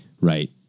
Right